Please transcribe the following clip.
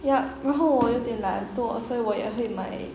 ya 然后我有点懒惰所以我也会买